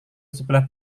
sebelah